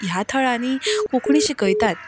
ह्या थळांनी कोंकणी शिकयतात